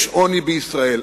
יש עוני בישראל.